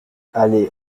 allée